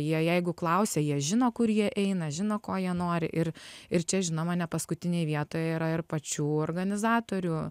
jie jeigu klausia jie žino kur jie eina žino ko jie nori ir ir čia žinoma ne paskutinėj vietoje yra ir pačių organizatorių